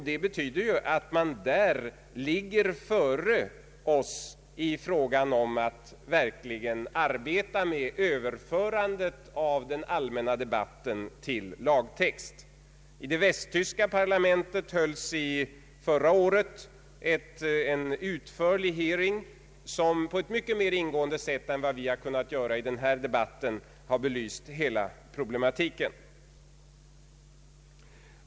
Det betyder ju att man där ligger före oss i fråga om att verkligen arbeta med överförandet av den allmänna debatten till lagtext. I det västtyska parlamentet hölls förra året en utförlig hearing som på ett mycket mer ingående sätt än vad vi har kunnat göra i denna debatt belyste hela problematiken.